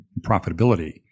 profitability